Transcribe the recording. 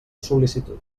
sol·licitud